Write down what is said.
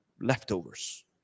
leftovers